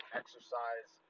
exercise